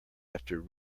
after